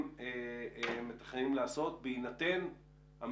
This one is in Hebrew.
הם אמנם היו רשומים בבית הספר,